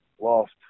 lost